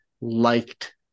liked